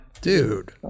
Dude